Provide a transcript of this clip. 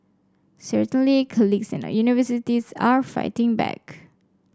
certainly colleges and universities are fighting back